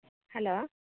hello